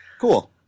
Cool